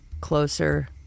closer